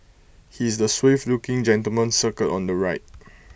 he is the suave looking gentleman circled on the right